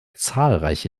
zahlreiche